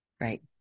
Right